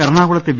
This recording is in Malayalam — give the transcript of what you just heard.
എറണാകുളത്ത് വി